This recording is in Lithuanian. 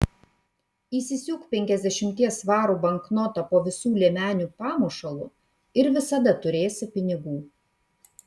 įsisiūk penkiasdešimties svarų banknotą po visų liemenių pamušalu ir visada turėsi pinigų